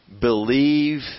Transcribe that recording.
Believe